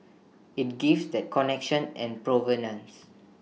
IT gives that connection and provenance